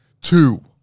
Two